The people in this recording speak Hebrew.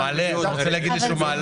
--- אתה רוצה להגיד לי שהוא מעלה?